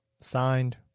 signed